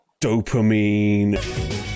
Dopamine